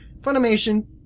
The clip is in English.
Funimation